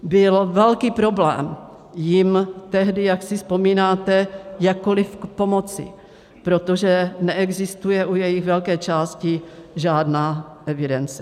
Byl velký problém jim tehdy, jak si vzpomínáte, jakkoli pomoci, protože neexistuje u jejich velké části žádná evidence.